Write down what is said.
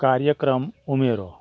કાર્યક્રમ ઉમેરો